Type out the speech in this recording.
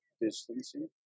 distancing